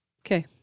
Okay